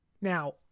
Now